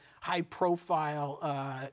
high-profile